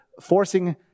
forcing